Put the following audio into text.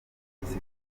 kugira